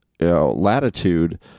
Latitude